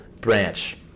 branch